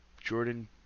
Jordan